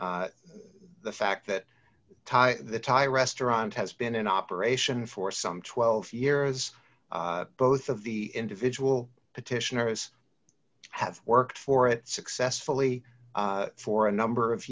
the fact that the thai restaurant has been in operation for some twelve years both of the individual petitioners have worked for it successfully for a number of